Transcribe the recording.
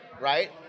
Right